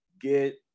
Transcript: get